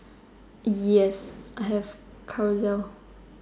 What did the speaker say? yes I have Carousel